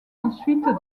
ensuite